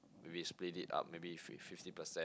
maybe you split it up maybe you fif~ fifty percent